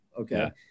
okay